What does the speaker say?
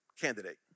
candidate